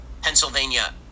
Pennsylvania